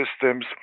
systems